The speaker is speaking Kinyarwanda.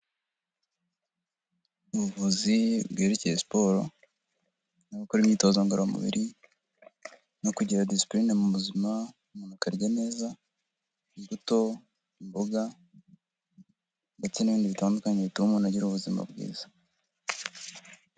Ubuvuzi bwerekeye siporo no gukora imyitozo ngororamubiri, no kugira disipurine mu buzima, umuntu akarya neza imbuto imboga ndetse n'ibindi bitandukanye bituma umuntu agira ubuzima bwiza.